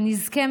שנזכה,